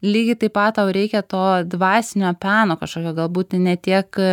lygiai taip pat tau reikia to dvasinio peno kažkokio galbūt ne tiek